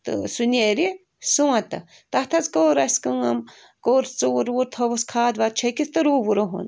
تہٕ سُہ نیرِ سونٛتہٕ تَتھ حظ کٔر اسہِ کٲم کوٚر ژوٗر ووٗر تھٲوٕسۍ کھاد واد چھٔکِتھ تہٕ رُوٚ رُہُن